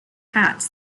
hats